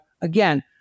again